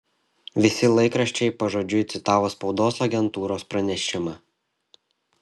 visi laikraščiai pažodžiui citavo spaudos agentūros pranešimą